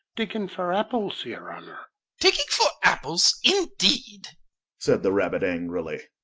digging for apples, yer honour digging for apples, indeed said the rabbit angrily.